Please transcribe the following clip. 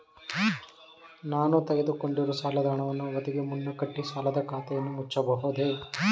ನಾನು ತೆಗೆದುಕೊಂಡಿರುವ ಸಾಲದ ಹಣವನ್ನು ಅವಧಿಗೆ ಮುನ್ನ ಕಟ್ಟಿ ಸಾಲದ ಖಾತೆಯನ್ನು ಮುಚ್ಚಬಹುದೇ?